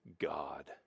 God